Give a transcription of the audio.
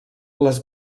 les